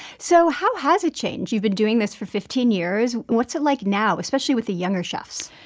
so how has it changed? you've been doing this for fifteen years. what's it like now, especially with the younger chefs?